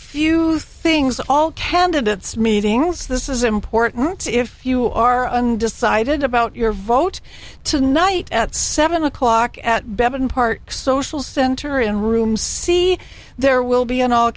few things all candidates meetings this is important if you are undecided about your vote tonight at seven o'clock at bevan part social center in room c there will be an all